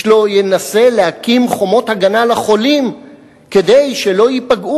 איש לא ינסה להקים חומות הגנה לחולים כדי שלא ייפגעו